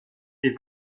est